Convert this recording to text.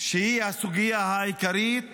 הסוגיה העיקרית,